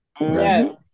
yes